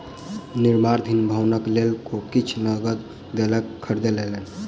निर्माणाधीन भवनक लेल ओ किछ नकद दयके खरीद लेलैन